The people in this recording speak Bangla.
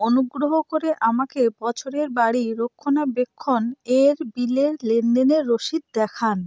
অনুগ্রহ করে আমাকে বছরের বাড়ি রক্ষণাবেক্ষণ এর বিলের লেনদেনের রসিদ দেখান